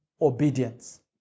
obedience